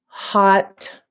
Hot